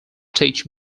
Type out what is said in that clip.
teach